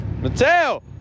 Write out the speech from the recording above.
Mateo